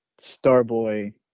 Starboy